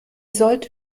sollte